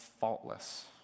faultless